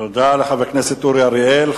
תודה לחבר הכנסת אורי אריאל.